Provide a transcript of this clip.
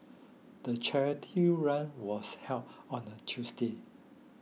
the charity run was held on a Tuesday